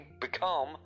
become